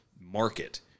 market